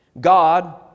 God